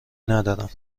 ندارم